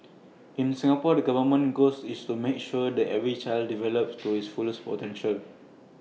in Singapore the government's goals is to make sure that every child develops to his fullest potential